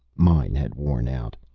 mine had worn out.